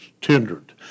tendered